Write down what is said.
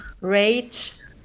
rate